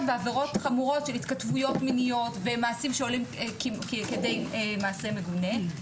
בעבירות חמורות של התכתבויות מיניות ומעשים שעולים כדי מעשה מגונה.